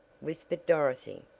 whispered dorothy.